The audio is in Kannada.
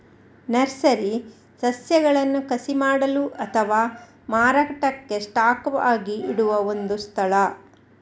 ನರ್ಸರಿ ಸಸ್ಯಗಳನ್ನ ಕಸಿ ಮಾಡಲು ಅಥವಾ ಮಾರಾಟಕ್ಕೆ ಸ್ಟಾಕ್ ಆಗಿ ಇಡುವ ಒಂದು ಸ್ಥಳ